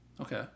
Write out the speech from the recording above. Okay